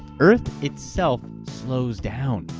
earth itself slows down!